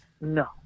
No